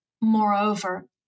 moreover